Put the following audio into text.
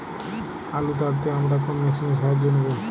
আলু তাড়তে আমরা কোন মেশিনের সাহায্য নেব?